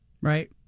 right